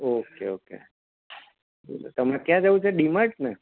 okay okay બોલો તમને ક્યાં જવું છે ડી માર્ટ ને